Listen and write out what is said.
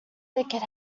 wicked